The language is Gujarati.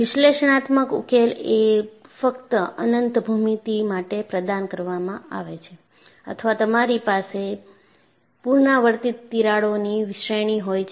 વિશ્લેષણાત્મક ઉકેલ એ ફક્ત અનંત ભૂમિતિ માટે પ્રદાન કરવામાં આવે છે અથવા તમારી પાસે પુનરાવર્તિત તિરાડોની શ્રેણી હોય છે